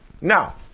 Now